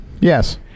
Yes